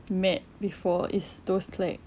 met before is those like